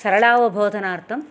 सरळावबोधनार्थं